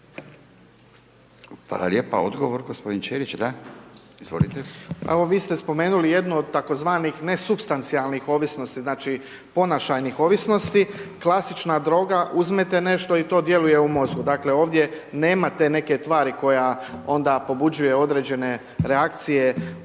lijepa. Odgovor, gospodin Ćelić, da. **Ćelić, Ivan (HDZ)** Evo vi ste spomenuli jednu od tzv. nesupstancijalnih ovisnosti, znači ponašajnih ovisnosti. Klasična droga, uzmete nešto i to djeluje u mozgu. Dakle ovdje nema te neke tvari koja ona pobuđuje određene reakcije u mozgu.